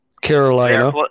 Carolina